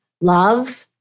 love